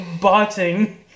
botting